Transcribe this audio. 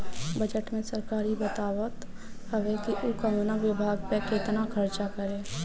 budget में सरकार इ बतावत हवे कि उ कवना विभाग पअ केतना खर्चा करी